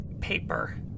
paper